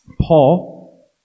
Paul